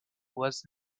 was